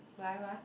why why